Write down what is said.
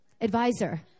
Advisor